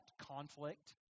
conflict